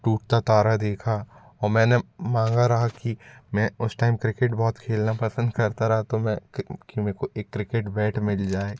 टूटता तारा देखा और मैंने माँगा रहा कि मैं उस टाइम क्रिकेट बहुत खेलना पसंद करता रहा तो मैं क्री मेरे को एक क्रिकेट बैट मिल जाए